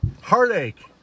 heartache